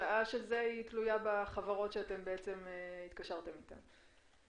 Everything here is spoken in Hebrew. והיעילות ויקבל החלטה שקולה ומאוזנת עם הוועדות